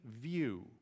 view